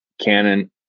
Canon